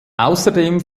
außerdem